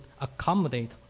accommodate